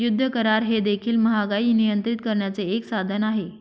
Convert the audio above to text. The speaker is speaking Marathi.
युद्ध करार हे देखील महागाई नियंत्रित करण्याचे एक साधन आहे